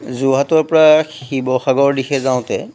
যোৰহাটৰপৰা শিৱসাগৰৰ দিশে যাওঁতে